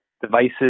devices